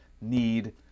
need